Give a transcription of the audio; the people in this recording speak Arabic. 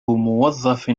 موظف